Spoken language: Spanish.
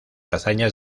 hazañas